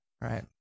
right